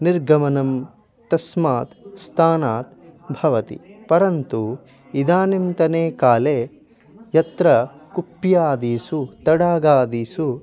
निर्गमनं तस्मात् स्थानात् भवति परन्तु इदानीन्तनेकाले यत्र कुप्यादिषु तडागादिषु